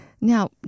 Now